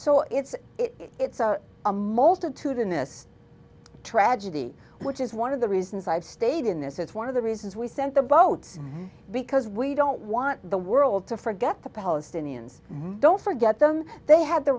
so it's it's a multitude in this tragedy which is one of the reasons i've stayed in this is one of the reasons we sent the boat because we don't want the world to forget the palestinians don't forget them they have the